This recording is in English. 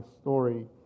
story